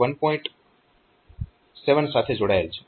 7 સાથે જોડાયેલ છે